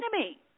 enemy